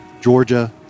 Georgia